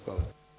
Hvala.